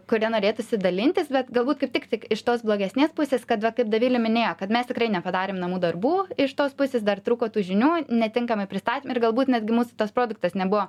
kuria norėtųsi dalintis bet galbūt kaip tik tik iš tos blogesnės pusės kad va kaip dovilė minėjo kad mes tikrai nepadarėm namų darbų iš tos pusės dar trūko tų žinių netinkamai pristatėm ir galbūt netgi mūsų tas produktas nebuvo